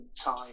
time